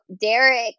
Derek